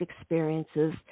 experiences